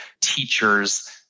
teachers